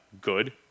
good